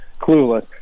clueless